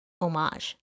homage